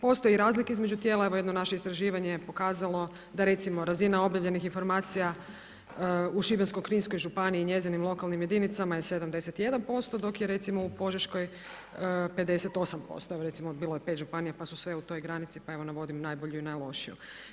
Postoji i razlika između tijela, evo jedno naše istraživanje je pokazalo da recimo razina objavljenih informacija u Šibensko-kninskoj županiji i njezinim lokalnim jedinicama je 71% dok je recimo u Požeškoj 58%, evo recimo bilo je 5 županija pa su sve u toj granici pa evo navodim najbolju i najlošiju.